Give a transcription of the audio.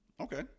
Okay